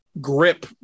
grip